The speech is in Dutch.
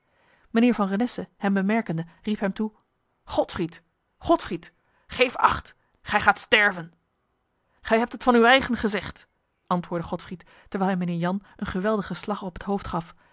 mijnheer van renesse hem bemerkende riep hem toe godfried godfried geef acht gij gaat sterven gij hebt het van uw eigen gezegd antwoordde godfried terwijl hij mijnheer jan een geweldige slag op het hoofd gaf